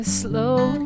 slow